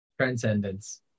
Transcendence